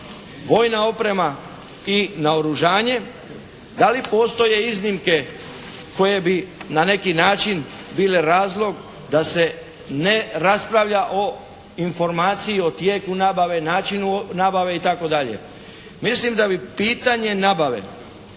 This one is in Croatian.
vojna oprema i naoružanje, da li postoje iznimke koje bi na neki način bile razlog da se ne raspravlja o informaciji o tijeku nabave, načinu nabave itd. Mislim da bi pitanje nabave